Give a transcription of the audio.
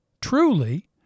truly